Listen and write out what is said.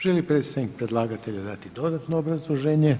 Želi li predstavnik predlagatelja dati dodatno obrazloženje?